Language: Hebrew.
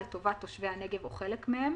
לטובת תושבי הנגב או חלק מהם".